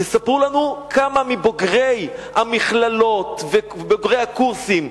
תספרו לנו כמה מבוגרי המכללות ובוגרי הקורסים,